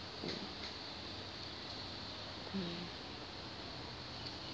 mm